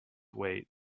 weight